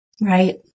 Right